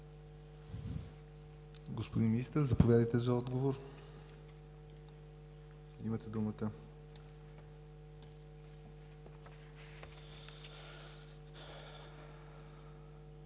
Господин Министър, заповядайте за отговор – имате думата.